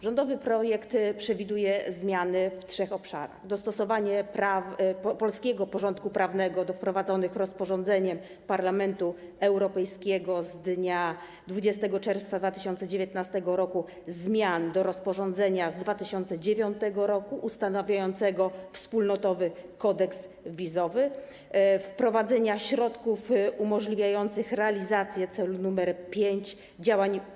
Rządowy projekt przewiduje zmiany w trzech obszarach: dostosowania polskiego porządku prawnego do wprowadzonych rozporządzeniem Parlamentu Europejskiego z dnia 20 czerwca 2019 r. zmian do rozporządzenia z 2009 r. ustanawiającego Wspólnotowy Kodeks Wizowy, wprowadzenia środków umożliwiających realizację celu nr 5, działań